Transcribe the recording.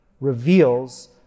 reveals